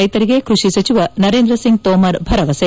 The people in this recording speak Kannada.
ರೈತರಿಗೆ ಕೃಷಿ ಸಚಿವ ನರೇಂದ್ರ ಸಿಂಗ್ ತೋಮರ್ ಭರವಸೆ